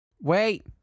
wait